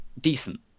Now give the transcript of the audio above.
decent